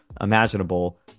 imaginable